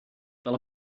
fel